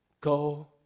go